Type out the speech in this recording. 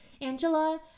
angela